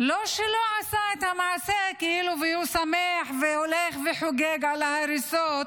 זה לא שהוא לא עשה את המעשה והוא שמח והולך וחוגג על ההריסות.